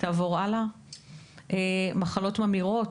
הכנסנו פרופיל מולקולרי במחלות ממאירות,